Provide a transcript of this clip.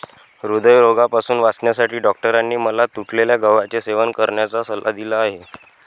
हृदयरोगापासून वाचण्यासाठी डॉक्टरांनी मला तुटलेल्या गव्हाचे सेवन करण्याचा सल्ला दिला आहे